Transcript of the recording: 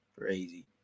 Crazy